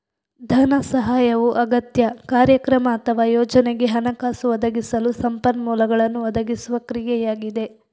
ಧನ ಸಹಾಯವು ಅಗತ್ಯ, ಕಾರ್ಯಕ್ರಮ ಅಥವಾ ಯೋಜನೆಗೆ ಹಣಕಾಸು ಒದಗಿಸಲು ಸಂಪನ್ಮೂಲಗಳನ್ನು ಒದಗಿಸುವ ಕ್ರಿಯೆಯಾಗಿದೆ